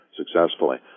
successfully